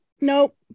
Nope